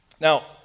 Now